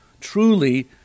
truly